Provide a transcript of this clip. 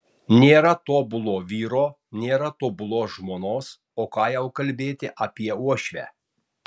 nėra tobulo vyro nėra tobulos žmonos o ką jau kalbėti apie uošvę